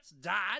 died